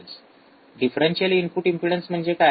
differential input impedance म्हणजे काय